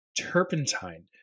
Turpentine